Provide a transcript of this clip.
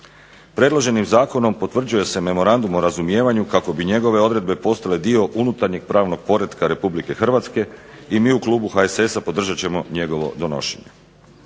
Predloženim zakonom potvrđuje se Memorandum o razumijevanju kako bi njegove odredbe postale dio unutarnjeg pravnog poretka Republike Hrvatske i mi u klubu HSS-a podržat ćemo njegovo donošenje.